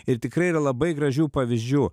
ir tikrai yra labai gražių pavyzdžių